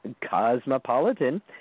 Cosmopolitan